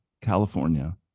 california